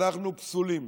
אנחנו פסולים.